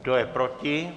Kdo je proti?